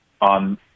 On